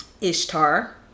Ishtar